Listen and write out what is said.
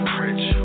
rich